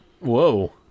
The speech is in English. whoa